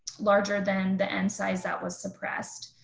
larger than the end size that was suppressed.